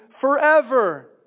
forever